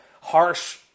harsh